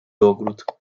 ogród